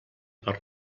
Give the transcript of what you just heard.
per